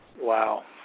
Wow